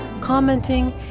commenting